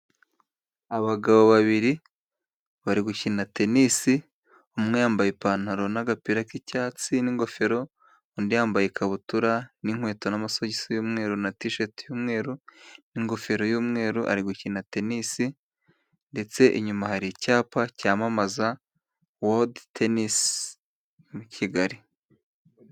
Abagabo babiri bari gukina tenisi, umwe yambaye ipantaro n'agapira k'icyatsi n'ingofero, undi yambaye ikabutura n'inkweto n'amasogisi y'umweru na tisheti y'umweru, ingofero y'umweru ari gukina tenisi, ndetse inyuma hari icyapa cyamamaza Wodi Tenisi Kigali.